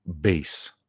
base